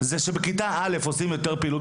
זה מכיוון שבכיתה א' עושים יותר פעילות